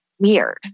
weird